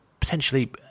potentially